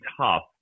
tough